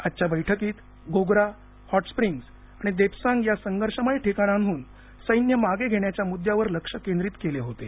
आजच्या बैठकीत Gogra hot springs आणि देपसांग या संघर्षमय ठिकाणांहून सैन्य मागे घेण्याच्या मुद्दयावर लक्ष केंद्रित केल होतं